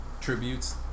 tributes